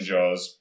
Jaws